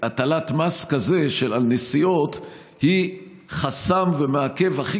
שהטלת מס כזה על נסיעות היא חסם ומעכב הכי